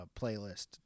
playlist